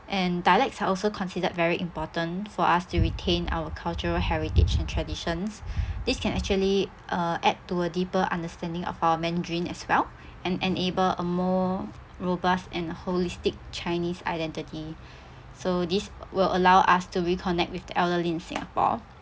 and dialects are also considered very important for us to retain our cultural heritage and traditions this can actually uh add to a deeper understanding of our mandarin as well and enable a more robust and holistic chinese identity so this will allow us to reconnect with the elderly in singapore